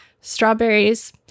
Strawberries